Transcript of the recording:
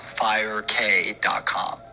firek.com